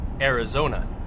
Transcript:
Arizona